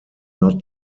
not